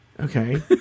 Okay